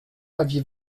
aviez